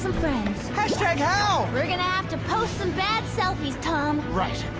hashtag how! we're gonna have to post some bad selfies, tom. right.